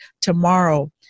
tomorrow